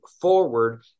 forward